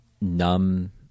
numb